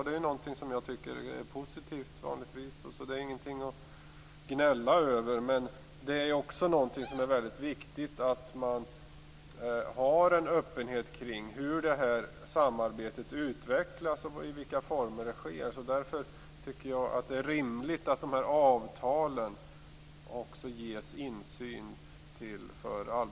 Det är något som jag vanligtvis tycker är positivt, och det är alltså ingenting att gnälla över. Men det är också viktigt att det finns en öppenhet kring hur detta samarbete utvecklas och i vilka former det sker. Därför tycker jag att det är rimligt att allmänheten och medierna också ges insyn i de här avtalen.